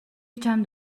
чамд